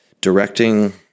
directing